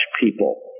people